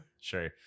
Sure